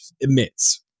emits